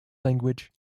language